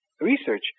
research